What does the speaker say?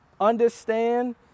understand